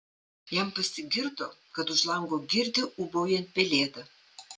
jam pasigirdo kad už lango girdi ūbaujant pelėdą